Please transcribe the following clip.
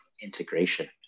integration